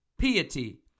piety